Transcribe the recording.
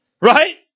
Right